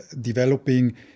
developing